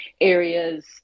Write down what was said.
areas